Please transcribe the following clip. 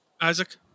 Isaac